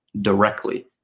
directly